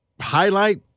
highlight